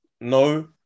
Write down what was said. no